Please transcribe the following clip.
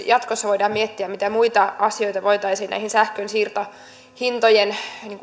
jatkossa voidaan miettiä mitä muita asioita voitaisiin sähkön siirtohintojen